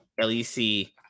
lec